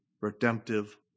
redemptive